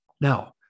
Now